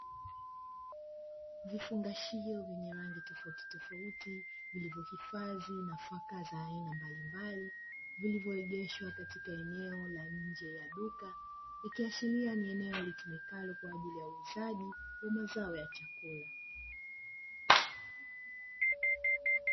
Vifungashio vyenye rangi tofautitofauti, vilivyohifadhi nafaka za aina mbalimbali, vilivyoegeshwa katika eneo la nje ya duka, ikiashiria ni eneo litumikalo kwa ajili ya uuzaji wa mazao ya chakula.